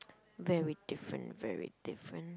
very different very different